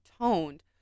toned